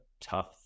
tough